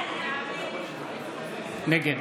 נגד